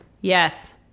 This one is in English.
Yes